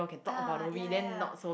ah ya ya ya